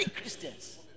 Christians